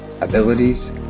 abilities